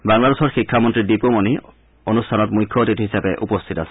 বাংলাদেশৰ শিক্ষামন্তী দীপুমণি অনুষ্ঠানত মুখ্য অতিথি হিচাপে উপস্থিত আছিল